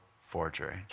forgery